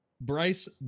Bryce